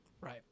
Right